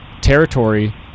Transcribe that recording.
territory